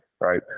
right